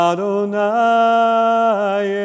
Adonai